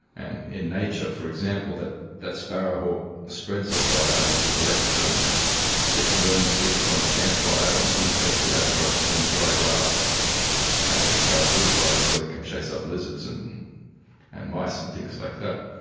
and in nature, for example, that that sparrowhawk spreads the fire, like he collects um burning sticks from a campfire and then he takes it out and drops it in the dry grass and starts bushfires so he can chase up lizards and and mice and things like that.